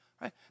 Right